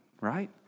right